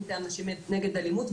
מטעם נשים נגד אלימות,